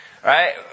Right